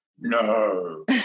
No